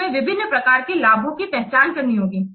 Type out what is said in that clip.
फिर हमें विभिन्न प्रकार के लाभों की पहचान करनी होगी